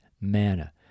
manna